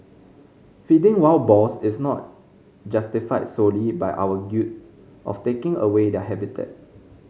feeding wild boars is not justified solely by our guilt of taking away their habitat